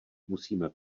musíme